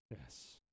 Yes